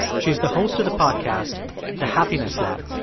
she is the host of the podcast the happiness lab.